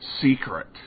secret